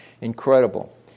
Incredible